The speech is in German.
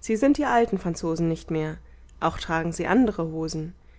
sie sind die alten franzosen nicht mehr auch tragen sie andere hosen